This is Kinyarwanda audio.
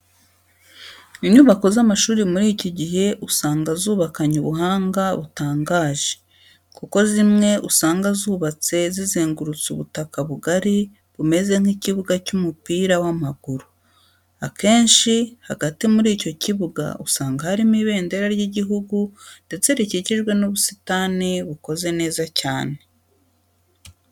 Inyubako z'amashuri muri iki gihe usanga zubakanye ubuhanga butangaje, kuko zimwe usanga zubatse zizengurutse ubutaka bugari bumeze nk'ikibuga cy'umupira w'amaguru. Akenshi hagati muri icyo kibuga usanga harimo ibendera ry'igihugu ndetse rikikijwe n'ubusitani bukoze neza cyane.